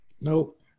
Nope